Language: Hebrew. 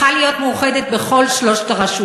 חבר הכנסת חזן,